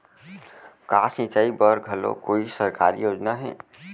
का सिंचाई बर घलो कोई सरकारी योजना हे?